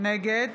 נגד